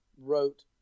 wrote